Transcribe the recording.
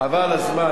חבל על הזמן,